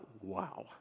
wow